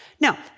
Now